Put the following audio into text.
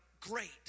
great